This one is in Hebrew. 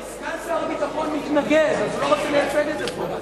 סגן שר הביטחון מתנגד אז הוא לא רוצה לייצג את זה פה,